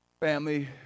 Family